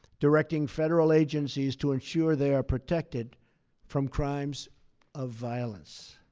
directing federal agencies to ensure they are protected from crimes of violence.